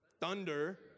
Thunder